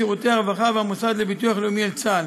משירותי הרווחה והמוסד לביטוח לאומי אל צה"ל.